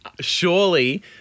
Surely